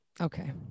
okay